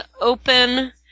open